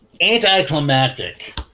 anticlimactic